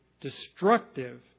destructive